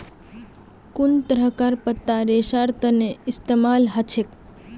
कुन तरहकार पत्ता रेशार तने इस्तेमाल हछेक